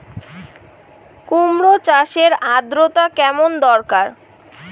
কুমড়ো চাষের আর্দ্রতা কেমন দরকার?